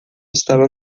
estava